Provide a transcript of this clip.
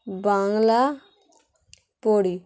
বাংলা পড়ি